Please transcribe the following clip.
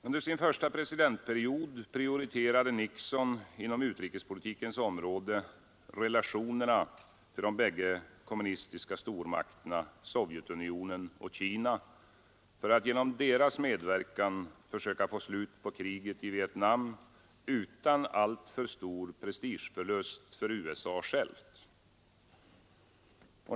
Under sin första presidentperiod prioriterade Nixon inom utrikespolitikens område relationerna till de bägge kommunistiska stormakterna Sovjetunionen och Kina för att genom deras medverkan söka få slut på kriget i Vietnam utan alltför stor prestigeförlust för USA självt.